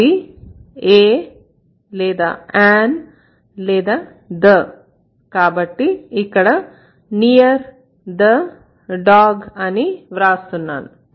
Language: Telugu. అవి a or an or the కాబట్టి ఇక్కడ near the dog అని వ్రాస్తున్నాను